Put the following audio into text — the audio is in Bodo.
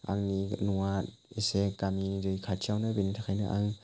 आंनि न'आ एसे गामिनि दै खाथियावनो बिनि थाखायनो आं